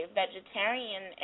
vegetarian